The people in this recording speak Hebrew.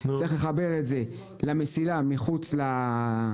צריך לחבר את זה למסילה מחוץ לנמל,